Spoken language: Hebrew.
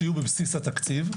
שיהיו בבסיס התקציב,